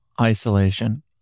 isolation